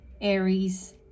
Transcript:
aries